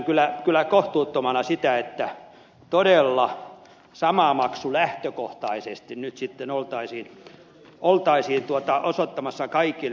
pidän kyllä kohtuuttomana sitä että todella sama maksu lähtökohtaisesti nyt sitten oltaisiin osoittamassa kaikille